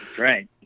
Right